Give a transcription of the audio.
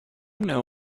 know